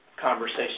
Conversation